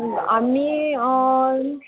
हामी